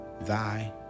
thy